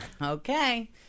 Okay